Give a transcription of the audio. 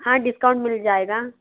हाँ डिस्काउंट मिल जाएगा